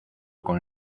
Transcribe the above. con